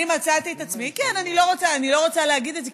אני לא רוצה להגיד את זה,